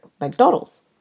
McDonald's